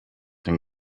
den